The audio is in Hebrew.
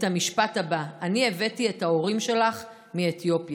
את המשפט הבא: "אני הבאתי את ההורים שלך מאתיופיה".